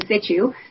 situ